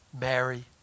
Mary